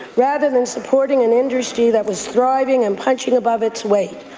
rather than supporting an industry that was thriving and punching above its weight.